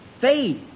faith